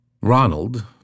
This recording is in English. Ronald